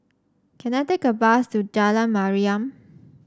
can I take a bus to Jalan Mariam